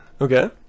Okay